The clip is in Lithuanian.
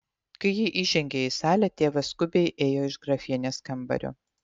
kai ji įžengė į salę tėvas skubiai ėjo iš grafienės kambario